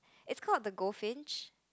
is called the Goldfinch